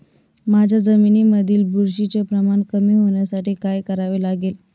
माझ्या जमिनीमधील बुरशीचे प्रमाण कमी होण्यासाठी काय करावे लागेल?